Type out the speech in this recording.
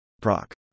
Proc